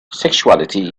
sexuality